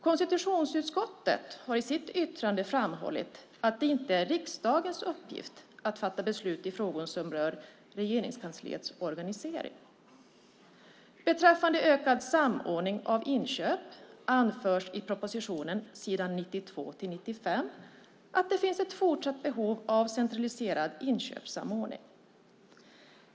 Konstitutionsutskottet har i sitt yttrande framhållit att det inte är riksdagens uppgift att fatta beslut i frågor som rör Regeringskansliets organisering. Beträffande ökad samordning av inköp anförs i propositionen på s. 92-95 att det finns ett fortsatt behov av centraliserad inköpssamordning.